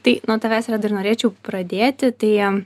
tai nuo tavęs reda ir norėčiau pradėti tai